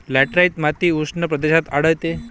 laterite माती उष्ण प्रदेशात आढळते